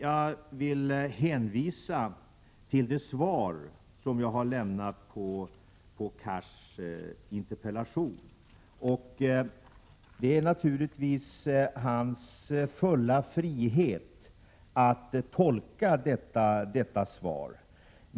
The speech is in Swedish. Jag vill hänvisa till det svar som jag har lämnat på Hadar Cars interpellation. Han har naturligtvis sin fulla frihet att tolka detta svar.